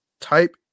type